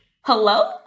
hello